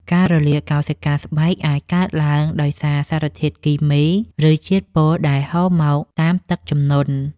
ការរលាកកោសិកាស្បែកអាចកើតឡើងដោយសារសារធាតុគីមី ឬជាតិពុលដែលហូរមកតាមទឹកជំនន់។